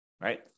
right